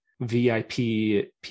VIP